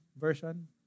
version